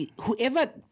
whoever